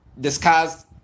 discussed